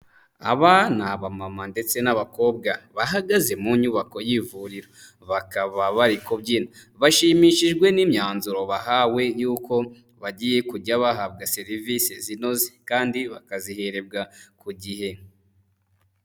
Aba ni abamama ndetse n'abakobwa bahagaze mu nyubako y'ivuriro, bakaba bari kubyina, bashimishijwe n'imyanzuro bahawe y'uko bagiye kujya bahabwa serivise zinoze, kandi bakaziherebwa ku gihe.